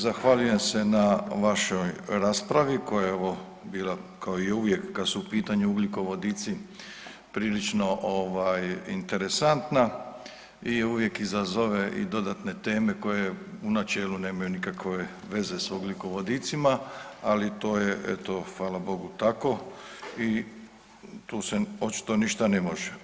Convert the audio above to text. Zahvaljujem se na vašoj raspravi koja je ovo bila kao i uvijek kad su u pitanju ugljikovodici prilično ovaj, interesantna i uvijek izazove i dodatne teme koje u načelu nemaju nikakve veze s ugljikovodicima, ali to je eto, fala Bogu tako, i tu se očito ništa ne može.